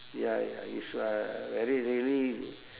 ya ya it's a very really